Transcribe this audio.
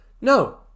no